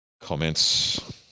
comments